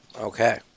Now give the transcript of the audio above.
Okay